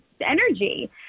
energy